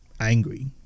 angry